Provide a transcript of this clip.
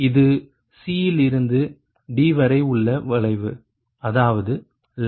இது C இல் இருந்து D வரை உள்ள வளைவு அதாவது λ73